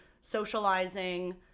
socializing